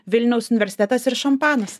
vilniaus universitetas ir šampanas